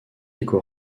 écho